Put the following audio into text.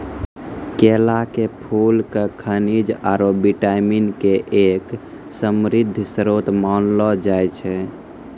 केला के फूल क खनिज आरो विटामिन के एक समृद्ध श्रोत मानलो जाय छै